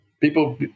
people